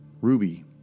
Ruby